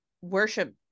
worship